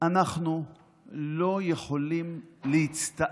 אנחנו לא יכולים להצטעצע,